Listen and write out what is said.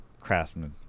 craftsmen